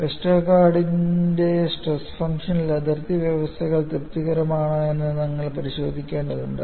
വെസ്റ്റർഗാർഡിന്റെ സ്ട്രെസ് ഫംഗ്ഷനിൽ അതിർത്തി വ്യവസ്ഥകൾ തൃപ്തികരമാണോയെന്ന് നിങ്ങൾ പരിശോധിക്കേണ്ടതുണ്ട്